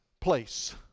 place